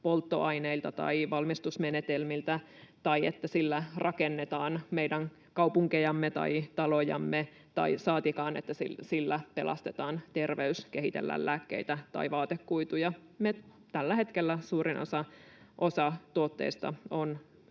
polttoaineilta tai valmistusmenetelmiltä tai että sillä rakennetaan meidän kaupunkejamme tai talojamme — saatikka että sillä pelastetaan terveys, kehitellään lääkkeitä tai vaatekuituja. Tällä hetkellä suurin osa tuotteista on